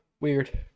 Weird